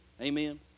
Amen